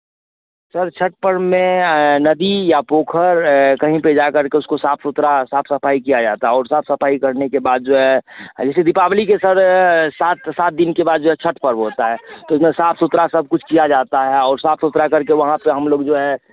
sir Chhath पर्व में नदी या पोखर कहीं पर जाकर के उसको साफ सुथरा साफ सफाई किया जाता है और साफ सफाई करने के बाद जो है अइसे दीपावली के सर सात सात दिन के बाद जो है छठ पर्व होता है तो ना साफ सुथरा सब कुछ किया जाता है और साफ सुथरा करके वहाँ पर हम लोग जो है